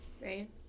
right